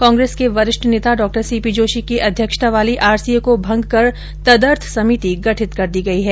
कांग्रेस के वरिष्ठ नेता डॉ सी पी जोशी की अध्यक्षता वाली आरसीए को मंग कर तदर्थ सभिति गठित कर दी गई है